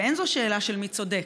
ואין זו שאלה של מי צודק,